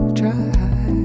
try